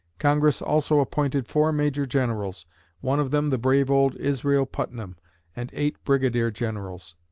congress also appointed four major-generals one of them the brave old israel putnam and eight brigadier-generals.